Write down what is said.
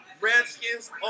Redskins